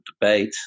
debate